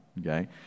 okay